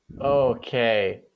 Okay